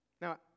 Now